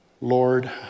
Lord